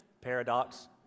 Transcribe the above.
Paradox